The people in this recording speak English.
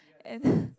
and